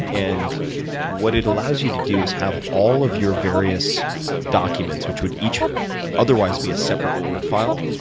and what it allows you to do is have all of your various documents, which would each otherwise be a separate word file,